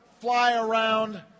fly-around